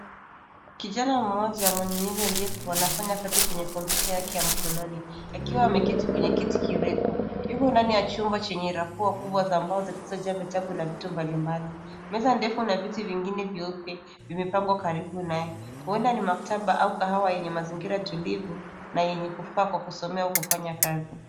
Kijana mmoja mwenye nywele ndefu anafanya kazi kwenye kompyuta yake ya mkononi akiwa ameketi kwenye kiti kirefu. Yuko ndani ya chumba chenye rafu kubwa za mbao zilizojaa vitabu na viti mbalimbali. Meza ndefu na viti vingine vyeupe vimepangwa karibu naye. Huenda ni maktaba au kahawa yenye mazingira tulivu na yenye kufaa kwa kusomea kufanya kazi.